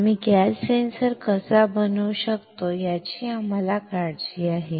आम्ही gas sensor कसा बनवू शकतो याची आम्हाला काळजी आहे